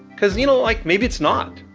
because you know, like maybe it's not,